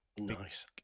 nice